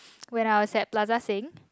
when I was at Plaza Sing